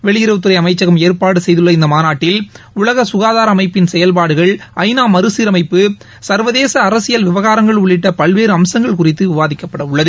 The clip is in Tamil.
வெளியுறவுத் துறைஅமைச்சகம் ஏற்பாடுகெய்துள்ள இந்தமாநாட்டில் உலகசுகாதாரஅமைப்பின் செயல்பாடுகள் ஐ நா மறுசீரமைப்பு சர்வதேசஅரசியல் விவகாரங்கள் உள்ளிட்டபல்வேறுஅம்சங்கள் குறித்து விவாதிக்கப்படவுள்ளது